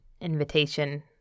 invitation